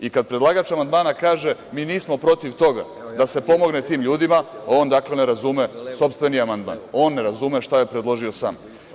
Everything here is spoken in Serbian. I kad predlagač amandmana kaže – mi nismo protiv toga da se pomogne tim ljudima, on ne razume sopstveni amandman, on ne razume šta je predložio sam.